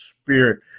Spirit